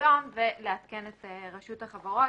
בדירקטוריון ולעדכן את רשות החברות.